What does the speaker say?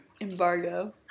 embargo